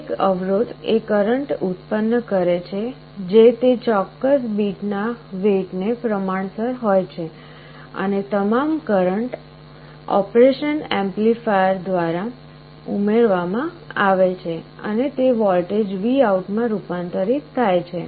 દરેક અવરોધ એ કરંટ ઉત્પન્ન કરે છે જે તે ચોક્કસ બીટ ના વેઇટ ને પ્રમાણસર હોય છે અને તમામ કરંટ ઓપરેશન એમ્પ્લીફાયર દ્વારા ઉમેરવામાં આવે છે અને તે વોલ્ટેજ VOUT માં રૂપાંતરિત થાય છે